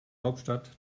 hauptstadt